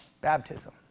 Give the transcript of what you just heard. Baptism